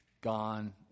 gone